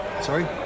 Sorry